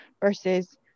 versus